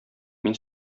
мин